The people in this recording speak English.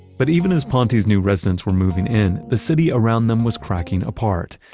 but even as ponte's new residents were moving in, the city around them was cracking apart.